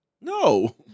No